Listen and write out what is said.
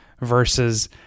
versus